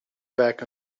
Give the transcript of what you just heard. back